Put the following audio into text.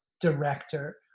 director